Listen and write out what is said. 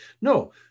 No